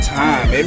time